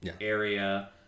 area